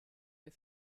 der